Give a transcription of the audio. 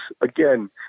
again